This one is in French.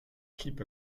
clip